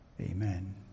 amen